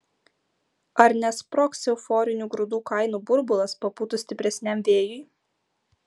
ar nesprogs euforinių grūdų kainų burbulas papūtus stipresniam vėjui